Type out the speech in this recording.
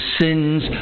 sins